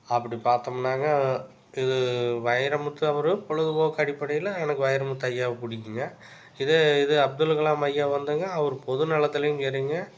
அப்படி பார்த்தமுன்னாங்க கு வைரமுத்து அவரும் பொழுதுபோக்கு அடிப்படையில் எனக்கு வைரமுத்து ஐயாவை பிடிக்குங்க இதே இது அப்துல்கலாம் ஐயா வந்துங்க அவரு பொதுநலத்துலையும் சரிங்க